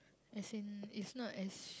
as in it's not as